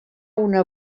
una